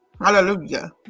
Hallelujah